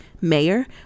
mayor